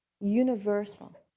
universal